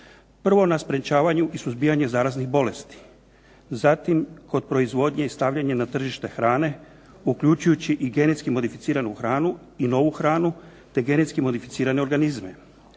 Prvo na sprječavanju i suzbijanju zaraznih bolesti, zatim kod proizvodnje i stavljanje na tržište hrane uključujući i genetski modificiranu hranu i novu hranu, te genetski modificirane organizme.